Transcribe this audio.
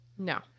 No